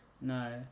No